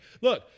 look